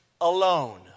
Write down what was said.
alone